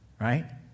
right